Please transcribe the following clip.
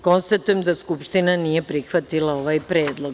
Konstatujem da Skupština nije prihvatila ovaj predlog.